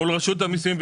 מול רשות המיסים,